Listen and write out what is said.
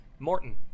Morton